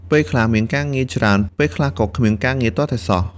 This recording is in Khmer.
ពេលខ្លះ ការងារមានច្រើន ពេលខ្លះក៏គ្មានទាល់តែសោះ។